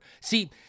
See